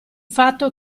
fatto